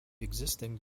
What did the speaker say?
existing